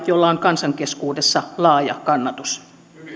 jolla on kansan keskuudessa laaja kannatus